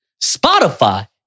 Spotify